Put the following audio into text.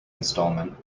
instalment